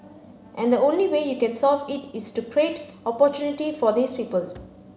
and the only way you can solve it is to create opportunity for these people